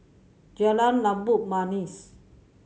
Jalan Labu Manis